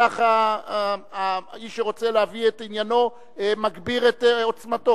כך האיש שרוצה להביא את עניינו מגביר את עוצמתו.